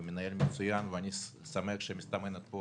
ומנהל מצוין, ואני שמח שמסתמנת פה